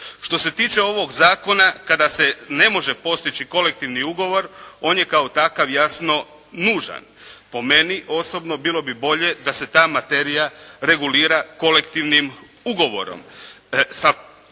Što se tiče ovog zakona kada se ne može postići kolektivni ugovor on je kao takav jasno nužan. Po meni osobno bilo bi bolje da se ta materija regulira kolektivnim ugovorom.